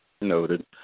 Noted